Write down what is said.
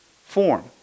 form